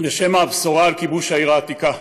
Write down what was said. לשמע הבשורה על כיבוש העיר העתיקה.